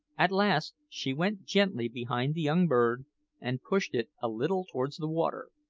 at last she went gently behind the young bird and pushed it a little towards the water,